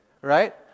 right